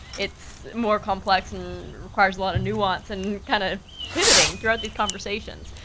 it's more complex and requires a lot of nuance, and kinda pivoting throughout these conversations.